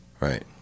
Right